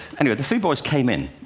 and but the three boys came in,